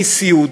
סיעוד,